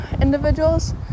individuals